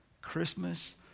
Christmas